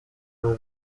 w’u